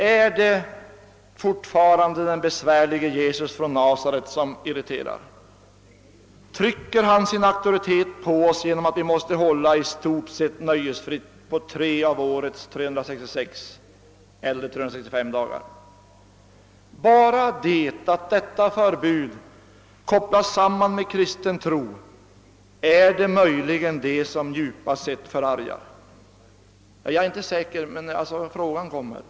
Är det fortfarande den besvärlige Jesus från Nasaret som irriterar? Trycker han sin auktoritet på oss då vi i stort sett håller tre av årets 365 eller 366 dagar nöjesfria? är det detta att förbudet kopplas sam man med kristen tro som djupast förargar? Jag är inte säker men frågan inställer sig.